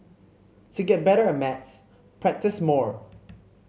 to get better at maths practise more